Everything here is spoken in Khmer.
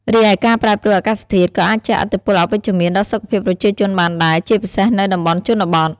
រីឯ ការប្រែប្រួលអាកាសធាតុ ក៏អាចជះឥទ្ធិពលអវិជ្ជមានដល់សុខភាពប្រជាជនបានដែរ ជាពិសេសនៅតំបន់ជនបទ។